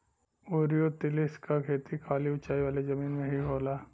ओलियोतिरिस क खेती खाली ऊंचाई वाले जमीन में ही होला